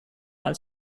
als